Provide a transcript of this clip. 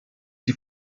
die